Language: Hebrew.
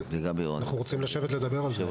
אנחנו רוצים לשבת לדבר על זה.